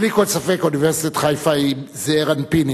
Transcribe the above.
בלי כל ספק אוניברסיטת חיפה היא זעיר אנפין,